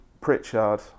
Pritchard